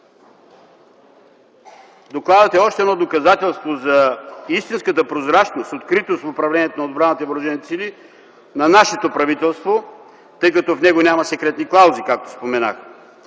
Докладът е още едно доказателство за истинската прозрачност и откритост в управлението на отбраната и въоръжените сили на нашето правителство, тъй като в него няма секретни клаузи, както споменах.